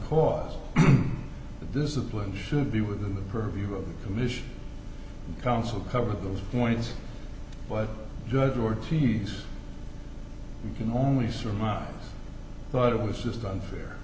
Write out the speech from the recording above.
cause the discipline should be within the purview of the commission counsel cover those points but judge or t c you can only surmise thought it was just unfair